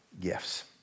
gifts